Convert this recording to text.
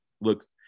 looks –